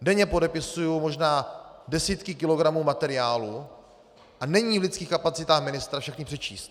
Denně podepisuji možná desítky kilogramů materiálů a není v lidských kapacitách ministra všechny přečíst.